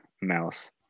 mouse